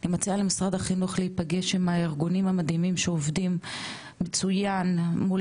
אני מציעה למשרד החינוך להיפגש עם הארגונים המדהימים שעובדים מצוין מול